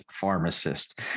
pharmacist